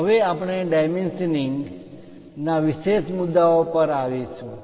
હવે આપણે ડાયમેન્શનિંગ માપ લખવાની રીત dimensioning ના વિશેષ મુદ્દાઓ પર આવીશું